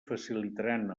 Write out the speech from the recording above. facilitaran